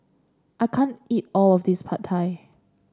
I can't eat all of this Pad Thai